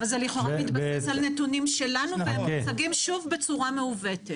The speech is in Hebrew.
אבל זה לכאורה מתבסס על נתונים שלנו והם מוצגים שוב בצורה מעוותת.